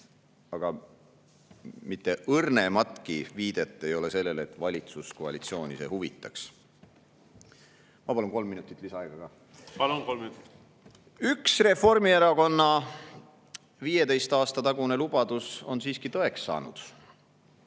aga mitte õrnematki viidet ei ole sellele, et valitsuskoalitsiooni see huvitaks. Ma palun kolm minutit lisaaega. Palun, kolm minutit! Üks Reformierakonna 15 aasta tagune lubadus on siiski tõeks saanud: